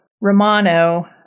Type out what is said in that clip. Romano